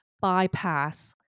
bypass